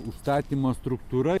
užstatymo struktūra